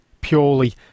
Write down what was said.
purely